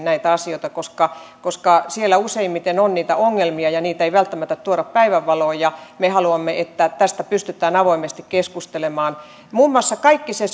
näitä asioita koska koska siellä useimmiten on niitä ongelmia ja niitä ei välttämättä tuoda päivänvaloon me haluamme että tästä pystytään avoimesti keskustelemaan muun muassa kaikki se